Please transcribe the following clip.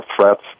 threats